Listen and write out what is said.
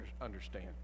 understand